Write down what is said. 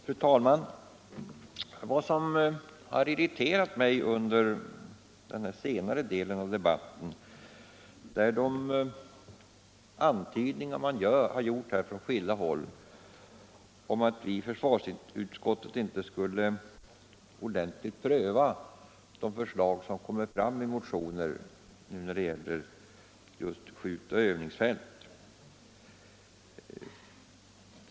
Fru talman! Vad som irriterat mig under senare delen av debatten är de antydningar man gjort från skilda håll om att vi i försvarsutskottet inte ordentligt skulle pröva de förslag som kommer fram i motioner i fråga om just skjutoch övningsfält.